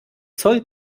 zoll